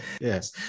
Yes